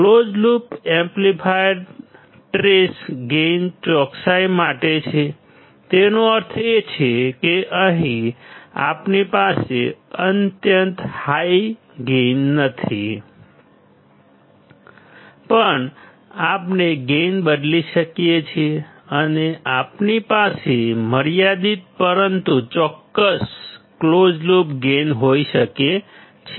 close loop amplifier trades gain ચોકસાઈ માટે છે તેનો અર્થ એ છે કે અહીં આપણી પાસે અત્યંત હાઈ ગેઇન નથી પણ આપણે ગેઇન બદલી શકીએ છીએ અને આપણી પાસે મર્યાદિત પરંતુ ચોક્કસ ક્લોઝ લૂપ ગેઇન હોઈ શકે છે